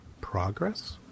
progress